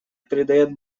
придает